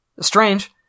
Strange